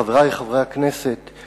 חברי חברי הכנסת,